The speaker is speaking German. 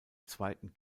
zweiten